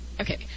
Okay